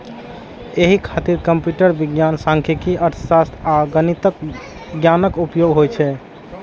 एहि खातिर कंप्यूटर विज्ञान, सांख्यिकी, अर्थशास्त्र आ गणितक ज्ञानक उपयोग होइ छै